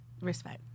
respect